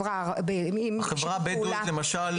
בחברה הבדואית למשל,